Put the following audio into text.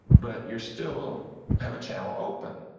but you still have a channel open.